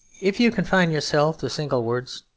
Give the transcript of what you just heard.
if you confined yourself to single words,